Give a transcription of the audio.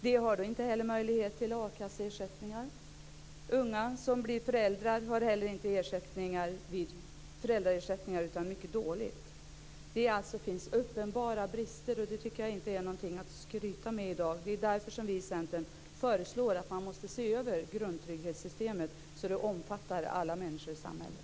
De har då inte möjlighet till a-kasseersättningar. Unga som blir föräldrar har inte heller föräldraersättning, utan mycket dåligt stöd. Det finns alltså uppenbara brister, och det är inte någonting att skryta med i dag. Det är därför som vi i Centern föreslår att man skall se över grundtrygghetssystemet så att det omfattar alla människor i samhället.